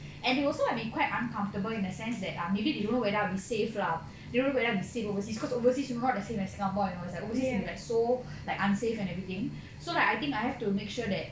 and they also might be quite uncomfortable in a sense that err maybe they don't know whether I'll be safe lah they don't know whether I'll be safe overseas cause overseas you know not the same as singapore you know it was like overseas can be like so like unsafe and everything so like I think I have to make sure that